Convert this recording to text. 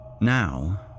Now